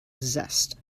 zest